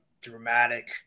dramatic